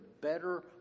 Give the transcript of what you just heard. better